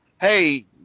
hey